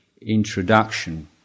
introduction